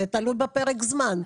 זה תלוי בפרק זמן.